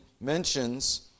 mentions